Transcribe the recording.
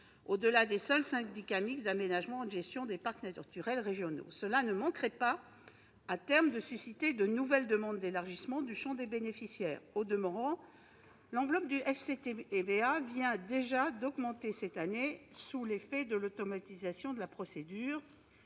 au-delà des seuls syndicats mixtes d'aménagement et de gestion des parcs naturels régionaux. Cela ne manquerait pas, à terme, de susciter de nouvelles demandes d'élargissement du champ des bénéficiaires. Au demeurant, l'enveloppe du FCTVA vient déjà d'augmenter cette année, sous l'effet de l'automatisation de la procédure.